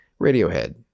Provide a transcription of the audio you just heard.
radiohead